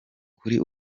kuri